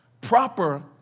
Proper